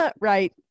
right